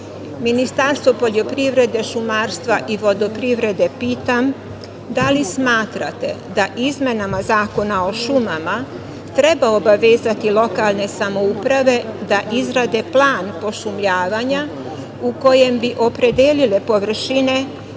nivou? Ministarstvo poljoprivrede, šumarstva i vodoprivrede pitam – da li smatrate da izmenama Zakona o šumama treba obavezati lokalne samouprave da izrade plan pošumljavanja u kojem bi opredelile površine